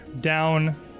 down